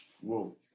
whoa